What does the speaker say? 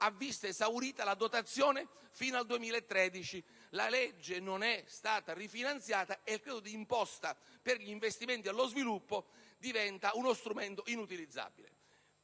visto esaurita la dotazione fino al 2013. La legge non è stata rifinanziata e il credito d'imposta per gli investimenti allo sviluppo è diventato uno strumento inutilizzabile.